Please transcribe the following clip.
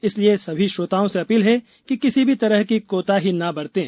इसलिए सभी श्रोताओं से अधील है कि किसी भी तरह की कोताही न बरतें